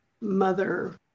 mother